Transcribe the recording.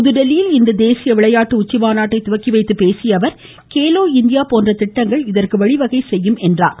புதுதில்லியில் இன்று தேசிய விளையாட்டு உச்சிமாநாட்டை துவக்கி வைத்து பேசிய அவர் கேலோ இந்தியா போன்ற திட்டங்கள் இதற்கு வழிவகை செய்யும் என்றார்